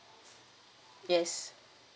yes